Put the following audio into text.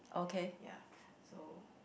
ya so